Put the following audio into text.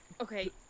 Okay